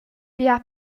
bia